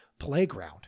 playground